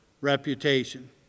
reputation